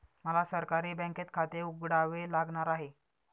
मला सहकारी बँकेत खाते उघडावे लागणार आहे